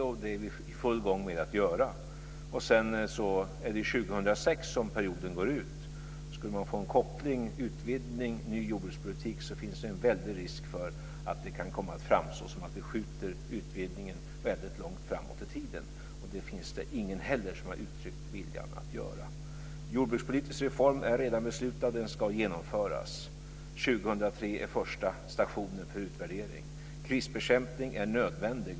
Det är vi i full gång med att göra. Perioden går ut år 2006. Skulle man få en koppling mellan utvidgning och ny jordbrukspolitik finns en väldig risk för att det kan komma att framstå som att vi skjuter utvidgningen väldigt långt framåt i tiden. Det finns heller inte någon som har uttryckt viljan att göra det. En jordbrukspolitisk reform är redan beslutad. Den ska genomföras. År 2003 är första stationen för utvärdering. Krisbekämpning är nödvändig.